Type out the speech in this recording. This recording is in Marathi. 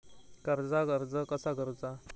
कर्जाक अर्ज कसा करुचा?